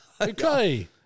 Okay